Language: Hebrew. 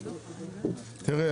תראה,